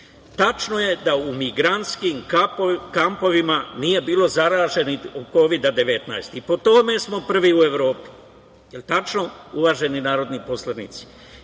je da u migrantskim kampovima nije bilo zaraženih od Kovida 19 i po tome smo prvi u Evropi. Je li tačno uvaženi narodni poslanici?